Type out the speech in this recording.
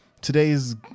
today's